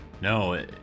no